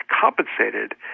compensated